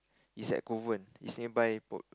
it's at Kovan it's nearby po~